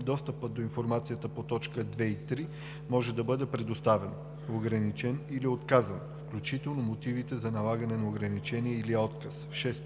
достъпът до информацията по т. 2 и 3 може да бъде предоставен, ограничен или отказан, включително мотивите за налагане на ограничения или отказ; 6.